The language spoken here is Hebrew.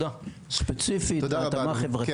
דתית, קיימת כל זהות, אבל